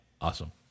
awesome